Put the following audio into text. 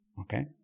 Okay